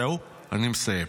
זהו, אני מסיים.